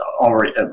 already